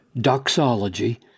doxology